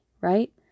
Right